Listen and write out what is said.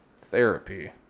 therapy